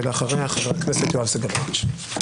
אחריה חבר הכנסת יואב סגלוביץ'.